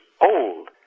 old